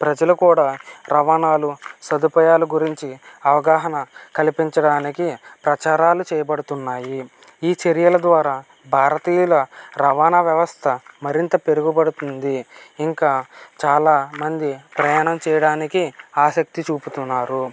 ప్రజలు కూడా రవాణాలు సదుపాయాలు గురించి అవగాహన కలిపించడానికి ప్రచారాలు చేపడుతున్నాయి ఈ చర్యల ద్వారా భారతీయ రవాణా వ్యవస్థ మరింత పెరుగు పడుతుంది ఇంకా చాలా మంది ప్రయాణం చేయడానికి ఆసక్తి చూపుతున్నారు